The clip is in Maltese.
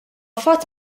fatt